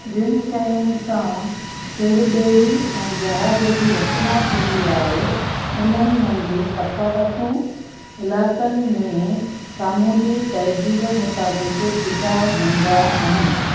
जिनि शयुनि सां सिड़ु ॿेड़ी ऐं जहाज जी रचना थींदी आहे उन्हनि मंझि तफावतूं इलाक़नि में सामूंडी तहिजीब मुताबिक जुदा हूंदा आहिनि